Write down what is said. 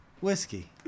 Whiskey